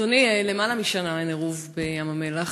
אדוני, למעלה משנה אין עירוב בים-המלח.